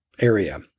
Area